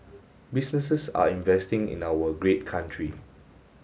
businesses are investing in our great country